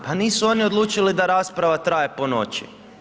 Pa nisu oni odlučili da rasprava traje ponoći.